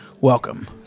welcome